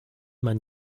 man